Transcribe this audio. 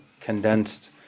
condensed